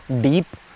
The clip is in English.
deep